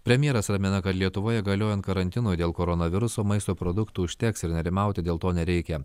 premjeras ramina kad lietuvoje galiojant karantinui dėl koronaviruso maisto produktų užteks ir nerimauti dėl to nereikia